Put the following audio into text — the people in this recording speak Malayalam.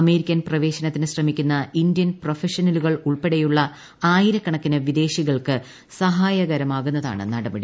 അമേരിക്കൻ പ്രവേശനത്തിന് ശ്രമിക്കുന്ന് ഇന്ത്യൻ പ്രൊഫഷണലുകൾ ഉൾപ്പെടെയുള്ള ആയിരക്കണക്കിന് വിദേശികൾക്ക് സഹായകരമാകുന്നതാണ് നട്പടി